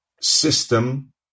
system